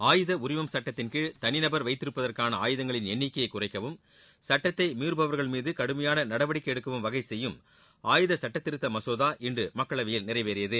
ஆயுத உரிமம் சட்டத்தின்கீழ் தனிநபர் வைத்திருப்பதற்கான ஆயுதங்களின் எண்ணிக்கையை குறைக்கவும் சட்டத்தை மீறுபவர்கள் மீது கடுமையாள நடவடிக்கை எடுக்கவும் வகை செய்யும் ஆயுத சட்டத்திருத்த மசோதா இன்று மக்களவையில் நிறைவேறியது